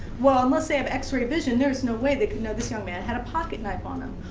well, unless they have x-ray vision, there's no way they could know this young man had a pocket knife on him.